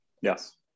Yes